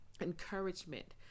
encouragement